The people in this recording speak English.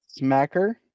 Smacker